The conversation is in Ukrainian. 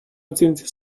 оцінці